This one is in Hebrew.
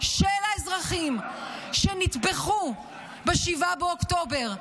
של האזרחים שנטבחו ב-7 באוקטובר,